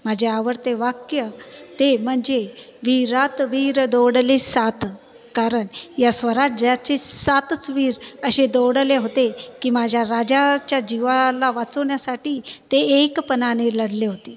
माझे आवडते वाक्य ते म्हणजे वीरात वीर दौडले सात कारण या स्वराज्याचे सातच वीर असे दौडले होते की माझ्या राजा च्या जीवां ना वाचवण्यासाठी ते एकपणाने लढले होते